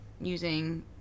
using